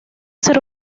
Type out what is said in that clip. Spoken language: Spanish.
ser